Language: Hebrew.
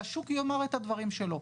השוק יאמר את הדברים שלו,